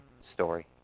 story